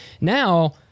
now